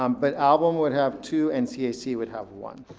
um but album would have two, and cac would have one.